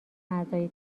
اعضای